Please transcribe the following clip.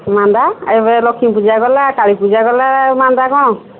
ମାନ୍ଦା ଏବେ ଲକ୍ଷ୍ମୀ ପୂଜା ଗଲା କାଳୀ ପୂଜା ଗଲା ମାନ୍ଦା କ'ଣ